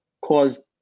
caused